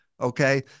Okay